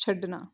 ਛੱਡਣਾ